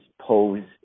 pose